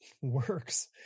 works